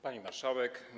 Pani Marszałek!